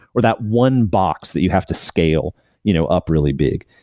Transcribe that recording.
or that one box that you have to scale you know up really big?